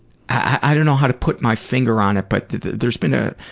i don't know how to put my finger on it but there has been a.